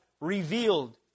revealed